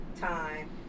time